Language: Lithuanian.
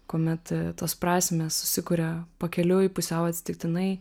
kuomet tos prasmės susikuria pakeliui pusiau atsitiktinai